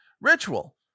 ritual